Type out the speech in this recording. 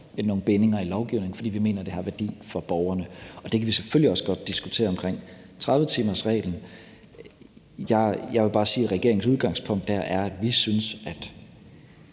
nogle bindinger i lovgivningen, fordi vi mener, at det har værdi for borgerne. Det kan vi selvfølgelig også godt diskutere i forhold til 30-timersreglen. Jeg vil bare sige, at regeringens udgangspunkt der er, at vi synes, at